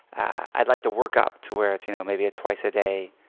i'd like to work up to where it's you know maybe a twice a day,